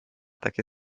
takie